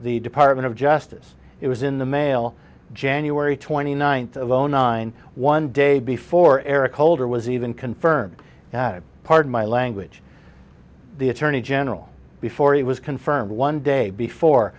the department of justice it was in the mail january twenty ninth of zero nine one day before eric holder was even confirmed pardon my language the attorney general before he was confirmed one day before